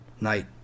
Night